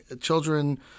children